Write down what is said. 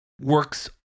works